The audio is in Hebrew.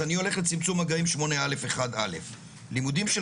אז אני הולך לצמצום מגעים 8/א'/1/א' "..לימודים של